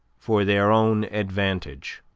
for their own advantage.